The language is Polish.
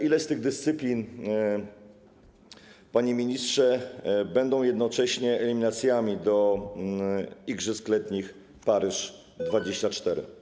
Ile z tych dyscyplin, panie ministrze, będzie jednocześnie eliminacjami do igrzysk letnich Paryż 2024?